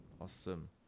awesome